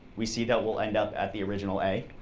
we see that we'll end up at the original a.